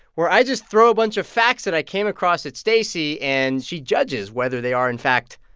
where i just throw a bunch of facts that i came across at stacey, and she judges whether they are, in fact,